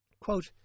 Quote